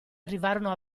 arrivarono